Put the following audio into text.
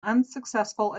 unsuccessful